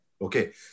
okay